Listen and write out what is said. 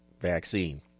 vaccine